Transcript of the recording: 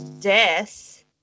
death